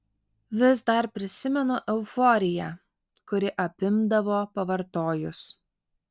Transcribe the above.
vis dar prisimenu euforiją kuri apimdavo pavartojus